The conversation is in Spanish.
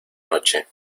noche